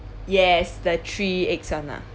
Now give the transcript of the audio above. yes the three eggs [one] ah